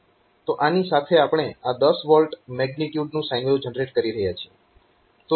તો આની સાથે આપણે આ 10 V મેગ્નિટ્યુડ નું સાઈન વેવ જનરેટ કરી રહ્યા છીએ